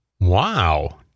Wow